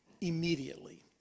immediately